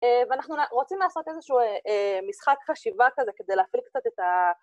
אה... ואנחנו ל-רוצים לעשות איזשהו, אה, אה... משחק חשיבה כזה כדי להפעיל קצת את ה...